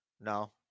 No